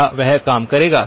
क्या वह काम करेगा